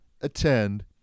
attend